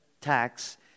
tax